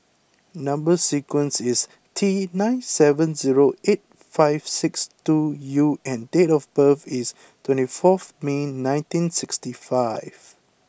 number sequence is T nine seven zero eight five six two U and date of birth is twenty four May nineteen sixty five